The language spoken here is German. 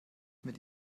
mit